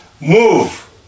move